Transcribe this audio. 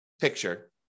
picture